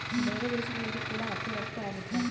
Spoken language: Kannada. ಬೇರೆ ದೇಶಗಳಿಗೆ ಕೂಡ ಹತ್ತಿ ರಫ್ತು ಆಗುತ್ತೆ